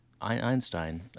Einstein